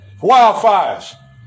Wildfires